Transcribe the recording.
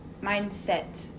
mindset